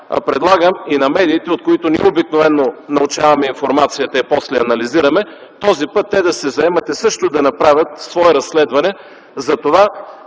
Предлагам и на медиите, от които ние обикновено научаваме информацията и после я анализираме, този път те да се заемат и също да направят свое разследване за това